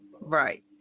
right